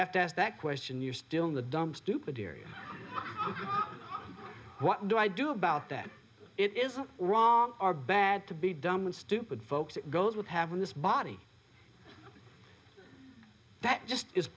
have to ask that question you're still in the dumb stupid period what do i do about that it isn't wrong or bad to be dumb and stupid folks it goes with having this body that just is